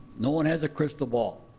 no one has a crystal ball.